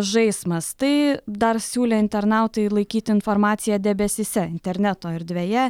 žaismas tai dar siūlė internautai laikyti informaciją debesyse interneto erdvėje